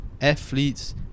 athletes